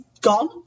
gone